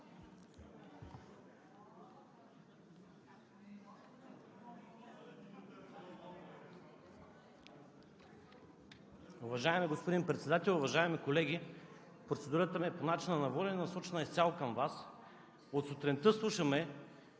Уважаеми господин Председател, уважаеми колеги! Процедурата ми е по начина на водене, насочена е изцяло към Вас. От сутринта слушаме